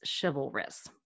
chivalrous